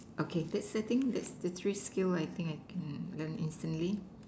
okay that I think that's the three skill I think I can learn easily